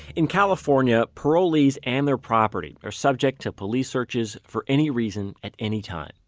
in california, parolees and their property are subject to police searches for any reason at any time,